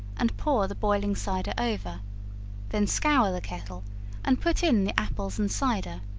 and pour the boiling cider over then scour the kettle and put in the apples and cider,